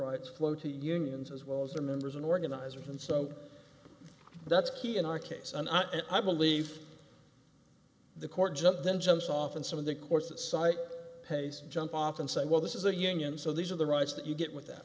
rights flow to unions as well as their members and organizers and so that's key in our case and i believe the court just then jumps off and some of the courts that cite pace jump off and say well this is a union so these are the rights that you get with that